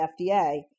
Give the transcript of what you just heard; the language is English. FDA